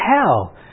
hell